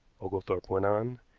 oglethorpe went on,